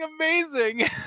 amazing